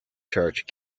church